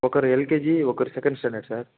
ఒకరు ఎల్కేజీ ఒకరు second standard sir